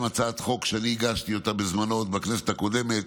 הצעת חוק שהגשתי בזמנו עוד בכנסת הקודמת